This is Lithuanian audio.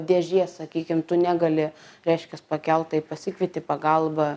dėžė sakykim tu negali reiškias pakelt tai pasikvieti pagalbą